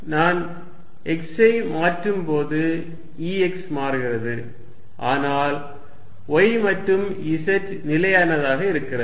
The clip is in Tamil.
நான் x ஐ மாற்றும்போது Ex மாறுகிறது ஆனால் y மற்றும் z நிலையானதாக இருக்கிறது